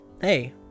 hey